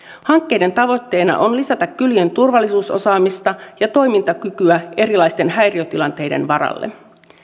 hankkeiden tavoitteena on lisätä kylien turvallisuusosaamista ja toimintakykyä erilaisten häiriötilanteiden varalle